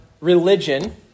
religion